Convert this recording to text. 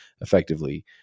effectively